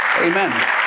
Amen